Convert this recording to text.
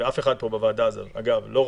ואף אחד בוועדה הזאת לא ראה,